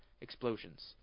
explosions